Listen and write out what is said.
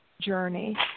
journey